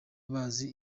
bazi